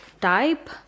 type